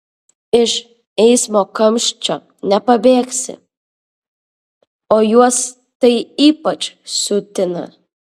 iš eismo kamščio nepabėgsi o juos tai ypač siutina